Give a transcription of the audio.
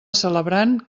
celebrant